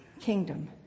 kingdom